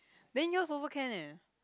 then yours also can eh